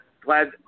Glad